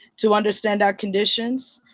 to understand our conditions.